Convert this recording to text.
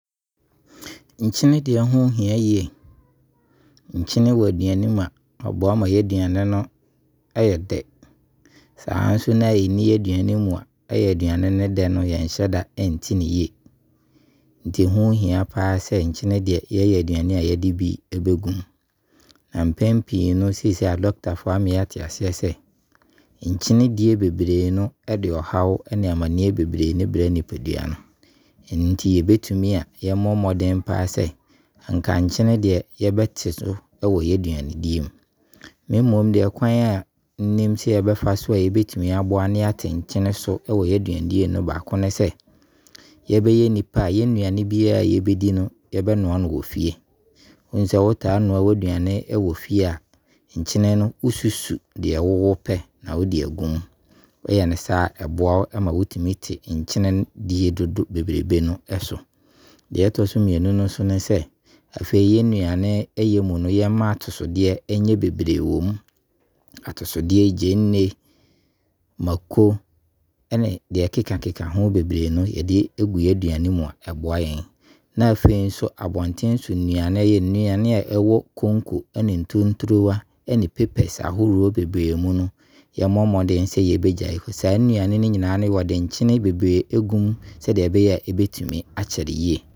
Nkyene deɛ ho hia yie. Nkyene wɔ aduane mu a, ɛboa ma aduane no yɛ dɛ. Saa nso na ɔnni yɛn aduane mu a, ɔyɛ a aduane no ne dɛ no yɛnhyɛda nte no yie. Nti ho hia paa sɛ nkyene deɛ yɛyɛ aduane a yɛde bi bɛgu mu. Na mpɛn pii no, seisei adɔkotafoɔ ama yɛate aseɛ sɛ, nkyene die bebree no de haw ne ammaneɛ bebree ne bra nipadua no. Ɛno nti, yɛbɛtumi a yɛmmɔ mmɔden paa sɛ nka nkyene deɛ yɛbɛte so wɔ yɛn aduanedie mu. Me mmom deɛ, kwan a nnim sɛ yɛbɛfa so na yɛate nkyene so wɔ yɛn aduanedie mu no baako ne sɛ, yɛbɛyɛ nipa a yɛn aduane biara yɛbɛdi no, yɛbɛ noa no wɔ fie. Wahunu sɛ wɔtaa noa w'aduane wɔ fie a nkyene no wo susu deɛ wo pɛ na wo de agu mu. Wo yɛ no saa, ɛboa wo ma wo tumi te nkyene die dodoɔ bebree no so. Deɛ ɛtɔ so mmienu ne sɛ, afei yɛn nnuane yɛ mu no yɛn mma atosodeɛ nyɛ bebree wɔ mu. Atosodeɛ; gyeene, maako ɛne deɛ ɛkeka ho bebree no yɛde gu yɛn aduane mu a ɛboa yɛn. Na afei abɔnten so nnuane a ɛwɔ konko mu na afei tontrowa, ne 'paper' ahoroɔ bebree mu no yɛn mmɔ mmɔden sɛ yɛbɛgyae. Saa nnune no nyinaa no wɔde nkyene bebree agu mu sɛdeɛ ɛbɛyɛ a ɛbɛtumi akyɛre.